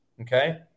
okay